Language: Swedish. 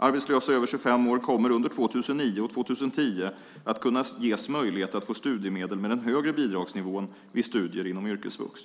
Arbetslösa över 25 år kommer under 2009 och 2010 att kunna ges möjlighet att få studiemedel med den högre bidragsnivån vid studier inom yrkesvux.